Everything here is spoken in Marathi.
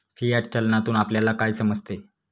फियाट चलनातून आपल्याला काय समजते?